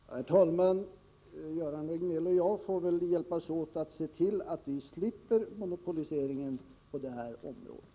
Herr talman! Göran Riegnell och jag får väl hjälpas åt att se till att vi slipper monopoliseringen på det här området.